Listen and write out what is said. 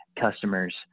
customers